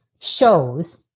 shows